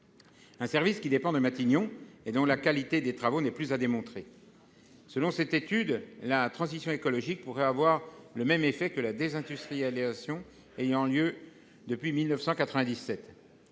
un service qui dépend de Matignon et dont la qualité des travaux n'est plus à démontrer, la transition écologique pourrait avoir le même effet que la désindustrialisation ayant eu lieu depuis 1997.